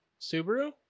Subaru